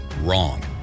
Wrong